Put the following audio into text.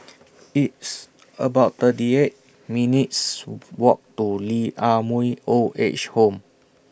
It's about thirty eight minutes' Walk to Lee Ah Mooi Old Age Home